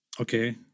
okay